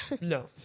No